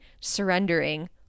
surrendering